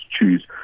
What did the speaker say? choose